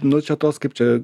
nu čia tos kaip čia